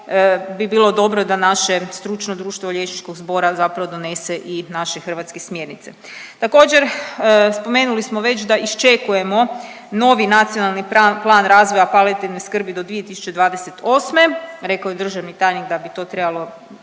bi bilo dobro da naše stručno društvo liječničkog zbora zapravo donese i naše hrvatske smjernice. Također, spomenuli smo već da iščekujemo novi Nacionalni plan razvoja palijativne skrbi do 2028., rekao je državni tajnik da bi to trebalo